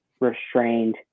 restrained